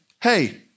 hey